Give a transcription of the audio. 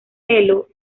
pelo